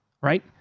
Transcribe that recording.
right